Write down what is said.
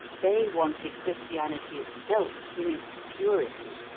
they wanted christianity itself, in its purity,